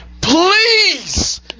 Please